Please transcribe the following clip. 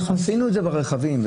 עשינו את זה ברכבים.